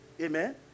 Amen